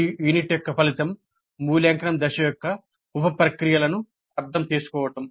ఈ యూనిట్ యొక్క ఫలితం మూల్యాంకనం దశ యొక్క ఉప ప్రక్రియలను అర్థం చేసుకోవటం